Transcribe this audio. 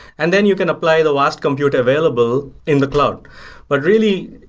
and then you can apply the vast compute available in the cloud but really,